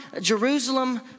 Jerusalem